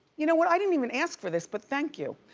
you know what? i didn't even ask for this but thank you.